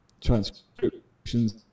transcriptions